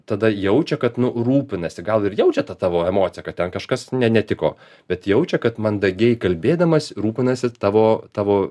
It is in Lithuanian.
tada jaučia kad nu rūpinasi gal ir jaučia tą tavo emociją kad ten kažkas ne netiko bet jaučia kad mandagiai kalbėdamas rūpinasi tavo tavo